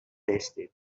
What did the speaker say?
tasted